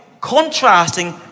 contrasting